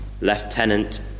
Lieutenant